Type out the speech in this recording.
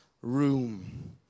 room